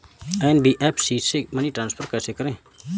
NBFC से money transfer कैसे करें?